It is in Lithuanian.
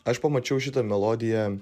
aš pamačiau šitą melodiją